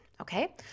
Okay